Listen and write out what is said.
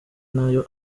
n’ayo